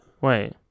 Wait